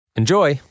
Enjoy